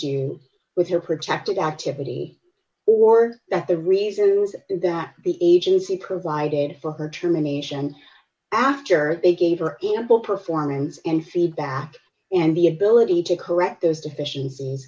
do with her protected activity or that the reasons that the agency provided for her termination after they gave her ample performance and feedback and the ability to correct those deficienc